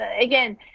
again